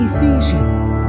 Ephesians